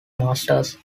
masters